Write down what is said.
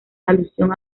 alusión